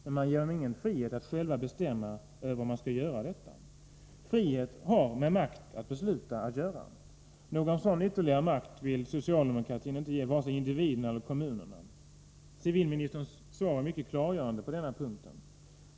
Men man ger dem ingen frihet att själva bestämma att göra detta. Frihet har med makt att besluta att göra. Någon sådan ytterligare makt vill socialdemokratin inte ge vare sig individerna eller kommunerna. Civilministerns svar är mycket klargörande på denna punkt.